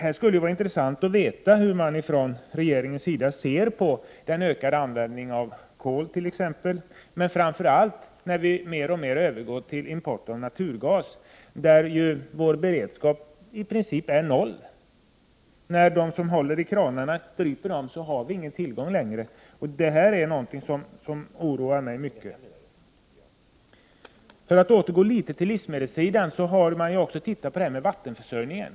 Det skulle vara intressant att veta hur regeringen ser på den ökade användningen av t.ex. kol och framför allt att vi mer och mer övergår till import av naturgas. Där är vår beredskap i princip noll. När de som håller i kranarna stryper dem har vi ingen tillgång längre. Detta är något som oroar mig mycket. Låt mig återgå till livsmedelssidan. Man har också tittat på vattenförsörjningen.